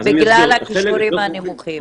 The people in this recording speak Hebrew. בגלל הכישורים הנמוכים.